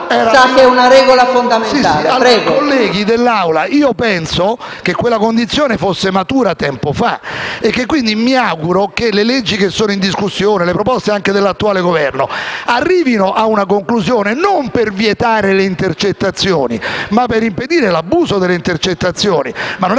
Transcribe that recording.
sa, è una regola fondamentale.